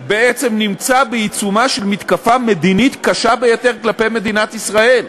בעצם נמצא בעיצומה של מתקפה מדינית קשה ביותר על מדינת ישראל.